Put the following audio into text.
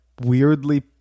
weirdly